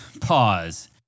pause